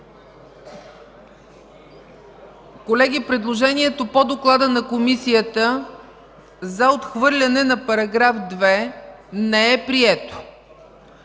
Колеги, предложението по Доклада на Комисията за отхвърляне на § 2 не е прието.